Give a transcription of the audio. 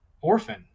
Orphan